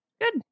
good